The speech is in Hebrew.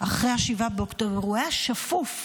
אחרי 7 באוקטובר, הוא היה שפוף.